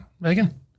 Megan